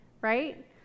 right